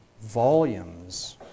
volumes